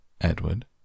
Edward